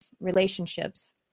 relationships